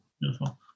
Beautiful